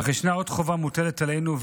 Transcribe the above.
אך ישנה עוד חובה שמוטלת עלינו,